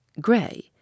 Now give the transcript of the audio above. grey